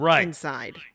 inside